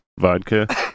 vodka